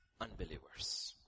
unbelievers